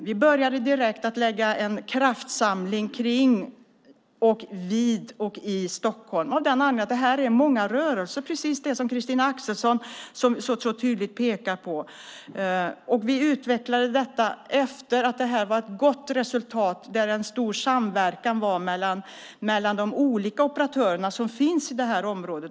Vi började direkt med en kraftsamling vid och i Stockholm av den anledningen att det här är många rörelser, vilket Christina Axelsson tydligt pekade på. Vi utvecklade detta efter ett gott resultat av en stor samverkan mellan de olika operatörer som finns i detta område.